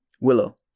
Willow